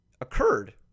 occurred